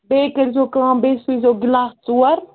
بیٚیہِ کٔرۍ زیٚو کٲم بیٚیہِ سوٗزیو گِلاس ژور